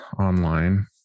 online